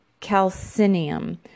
calcinium